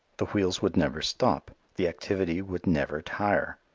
the wheels would never stop. the activity would never tire.